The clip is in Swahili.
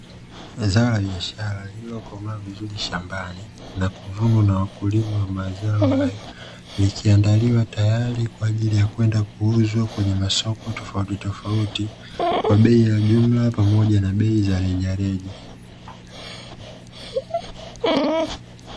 Zao la biashara lililokomaa vizuri shambani la kuvunwa na wakulima wa mazao hayo, likiandaliwa tayari kwa ajili ya kwenda kuuzwa kwenye masoko tofauti tofauti kwa bei ya jumla pamoja na bei za rejareja.